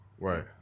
Right